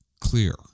clear